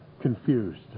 confused